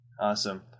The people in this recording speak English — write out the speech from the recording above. awesome